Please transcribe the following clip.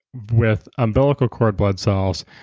with umbilical cord blood cells,